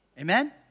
Amen